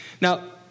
Now